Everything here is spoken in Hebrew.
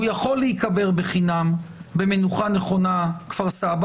הוא יכול להיקבר בחינם במנוחה נכונה כפר סבא,